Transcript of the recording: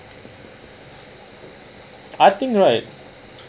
I think right